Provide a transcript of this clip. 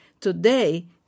today